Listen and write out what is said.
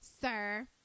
sir